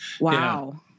Wow